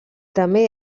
també